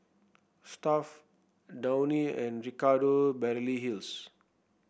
Stuffd Downy and Ricardo Beverly Hills